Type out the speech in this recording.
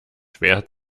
schwer